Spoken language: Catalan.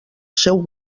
seu